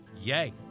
Yay